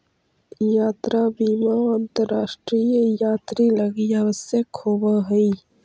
यात्रा बीमा अंतरराष्ट्रीय यात्रि लगी आवश्यक होवऽ हई